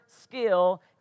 skill